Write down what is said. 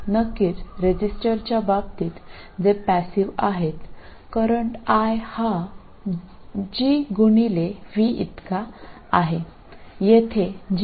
തീർച്ചയായും റെസിസ്റ്ററിന്റെ കാര്യത്തിൽ അത് ലീനിയറാണെങ്കിൽ നമുക്ക് സമാനമായ ഒരു ബന്ധമുണ്ട് അവിടെ IG തവണ V ആണ് അവിടെ G ആണ് ചാലകത